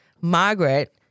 Margaret